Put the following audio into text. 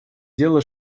дело